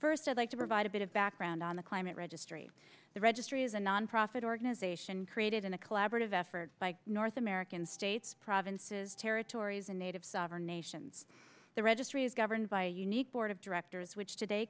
first of like to provide a bit of background on the climate registry the registry is a nonprofit organization created in a collaborative effort by north american states provinces territories and native sovereign nations the registry is governed by a unique board of directors which today